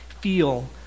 feel